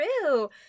true